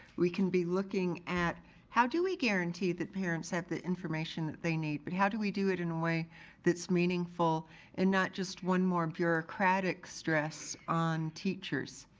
we can be looking at how do we guarantee that parents have the information that they need? but how do we do it in a way that's meaningful and not just one more bureaucratic stress on teachers?